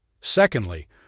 Secondly